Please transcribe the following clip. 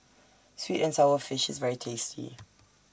Sweet and Sour Fish IS very tasty